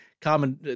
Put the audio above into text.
common